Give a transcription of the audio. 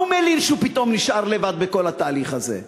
מה הוא מלין שהוא פתאום נשאר לבד בכל התהליך הזה?